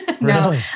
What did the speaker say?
no